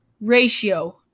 ratio